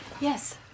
Yes